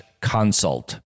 consult